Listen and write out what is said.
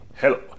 hello